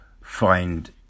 find